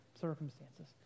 circumstances